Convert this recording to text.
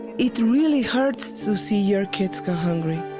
it really hurts to see your kids go hungry.